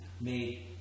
made